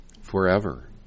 forever